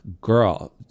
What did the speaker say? girl